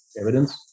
evidence